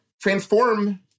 transform